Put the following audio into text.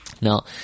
Now